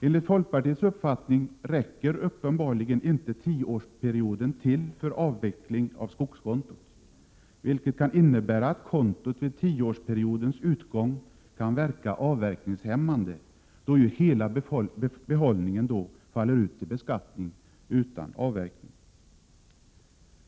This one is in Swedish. Enligt folkpartiets uppfattning räcker uppenbarligen inte tioårsperioden till för avveckling av skogskontot, vilket kan innebära att kontot vid tioårsperiodens utgång kan verka avverkningshämmande, då ju hela behållningen faller ut till beskattning utan avverkning.